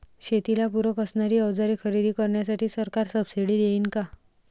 शेतीला पूरक असणारी अवजारे खरेदी करण्यासाठी सरकार सब्सिडी देईन का?